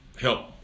help